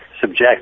subject